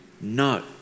No